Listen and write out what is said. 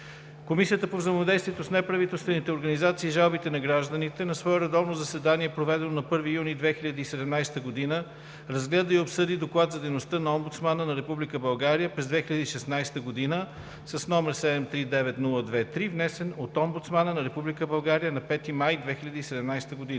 Комисията по взаимодействието с неправителствените организации и жалбите на гражданите на свое редовно заседание, проведено на 1 юни 2017 г., разгледа и обсъди Доклад за дейността на омбудсмана на Република България през 2016 г., № 739-02-3, внесен от омбудсмана на Република България на 5 май 2017 г.